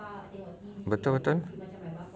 betul betul